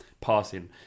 passing